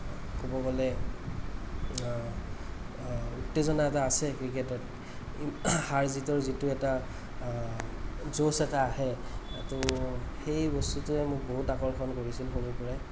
ক'ব গ'লে উত্তেজনা এটা আছে ক্ৰিকেটত হাৰ জিতৰ যিটো এটা জোচ এটা আহে ত' সেই বস্তুটোৱে মোক বহুত আকৰ্ষণ কৰিছিল সৰুৰ পৰাই